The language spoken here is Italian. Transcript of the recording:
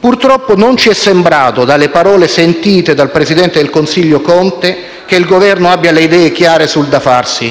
Purtroppo dalle parole sentite dal presidente del Consiglio Conte, non ci è sembrato che il Governo abbia le idee chiare sul da farsi.